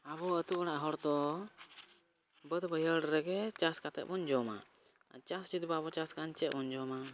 ᱟᱵᱚ ᱟᱛᱩᱼᱚᱲᱟᱜ ᱦᱚᱲᱫᱚ ᱵᱟᱹᱫᱽᱼᱵᱟᱹᱭᱦᱟᱹᱲ ᱨᱮᱜᱮ ᱪᱟᱥ ᱠᱟᱛᱮᱫ ᱵᱚᱱ ᱡᱚᱢᱟ ᱪᱟᱥ ᱡᱩᱫᱤ ᱵᱟᱵᱚ ᱪᱟᱥ ᱠᱷᱟᱱ ᱪᱮᱫᱵᱚᱱ ᱡᱚᱢᱟ